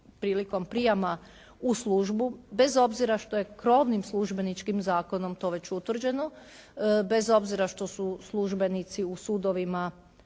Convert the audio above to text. prilikom prijama u službu bez obzira što je krovnim službeničkim zakonom to već utvrđeno, bez obzira što su službenici u sudovima